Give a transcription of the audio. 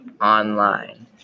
online